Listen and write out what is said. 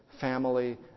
family